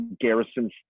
garrison